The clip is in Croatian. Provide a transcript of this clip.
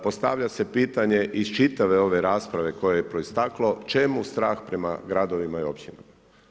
Postavlja se pitanje iz čitave ove rasprave koje je proisteklo, čemu strah prema gradovima i općinama?